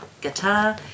guitar